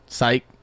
psych